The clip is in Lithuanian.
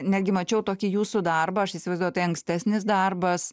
netgi mačiau tokį jūsų darbą aš įsivaizduoju tai ankstesnis darbas